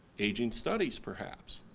aging studies, perhaps?